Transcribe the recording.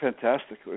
Fantastic